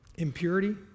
Impurity